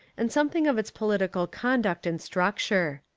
and something of its political conduct and structure.